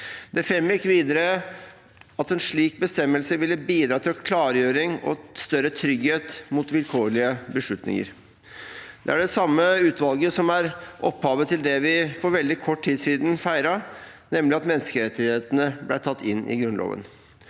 Det framgikk videre at en slik bestemmelse ville «bidra til klargjøring og større trygghet mot vilkårlige beslutninger». Det er det samme utvalget som er opphavet til det vi for veldig kort tid siden feiret, nemlig at menneskerettighetene ble tatt inn i Grunnloven.